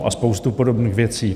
A spoustu podobných věcí.